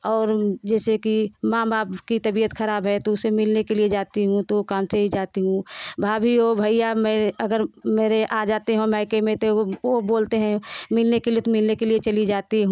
और जैसे की माँ बाप की तबियत खराब है तो उस से मिलने के लिये जाती हूँ तो काम से ही जाती हूँ भाभी हो भैया मेरे अगर मेरे आ जाते हों मायके में तो वो बोलते हैं मिलने के लिये तो मिलने के लिये चली जाती हूँ